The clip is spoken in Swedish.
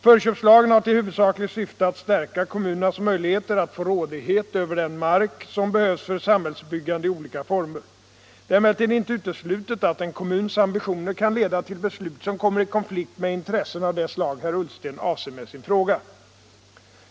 Förköpslagen har till huvudsakligt syfte att stärka kommunernas möjligheter att få rådighet över den mark som behövs för samhällsbyggande i olika former. Det är emellertid inte uteslutet att en kommuns ambitioner kan leda till beslut som kommer i konflikt med intressen av det slag herr Ullsten avser med sin fråga.